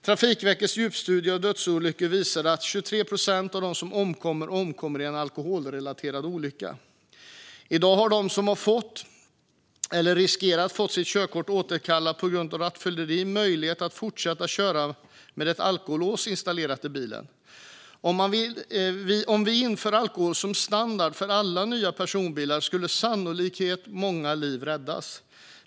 Trafikverkets djupstudier av dödsolyckor visar att 23 procent av dem som omkommer gör det i alkoholrelaterade olyckor. I dag har den som har fått eller riskerar att få sitt körkort återkallat på grund av rattfylleri möjlighet att fortsätta köra med ett alkolås installerat i bilen. Om vi inför alkolås som standard för alla nya personbilar skulle sannolikt många liv räddas.